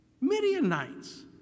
Midianites